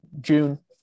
June